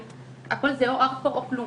הכול זה או הכול או כלום,